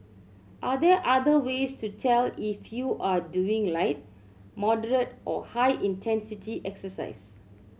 are there other ways to tell if you are doing light or high intensity exercise